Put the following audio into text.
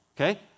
okay